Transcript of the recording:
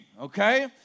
Okay